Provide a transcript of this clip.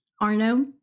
Arno